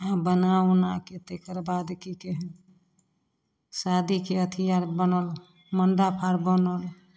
बना उनाके तकर बाद कि कहै शादीके अथी आर बनल मण्डप आर बनल